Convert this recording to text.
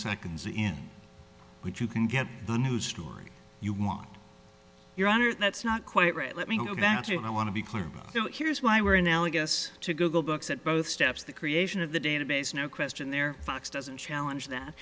seconds in which you can get the news story you want your honor that's not quite right let me go back to you i want to be clear about here's why we're analogous to google books at both steps the creation of the database no question there fox doesn't challenge that